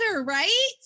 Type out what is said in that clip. right